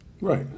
Right